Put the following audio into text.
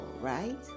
right